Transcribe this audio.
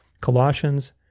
Colossians